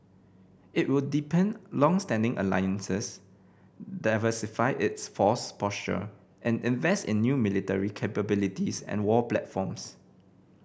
it will deepen longstanding alliances diversify its force posture and invest in new military capabilities and war platforms